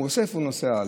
הוא אוסף ונוסע הלאה.